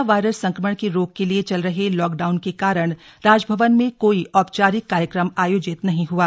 corona virus संक्रमण की रोक के लिए चल रहे लॉक डाउन के कारण राजभवन में कोई औपचारिक कार्यक्रम आयोजित नहीं हआ